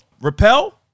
repel